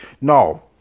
No